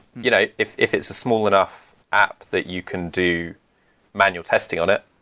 you know if if it's a small enough app that you can do manual testing on it,